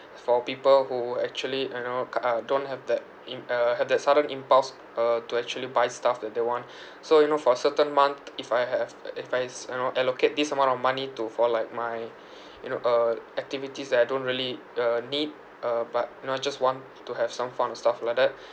for people who actually you know uh don't have that im~ uh had that sudden impulse uh to actually buy stuff that they want so you know for certain month if I have uh if I s~ you know allocate this amount of money to for like my you know uh activities that I don't really uh need uh but you know I just want to have some fun or stuff like that